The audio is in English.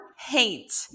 hate